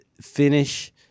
finish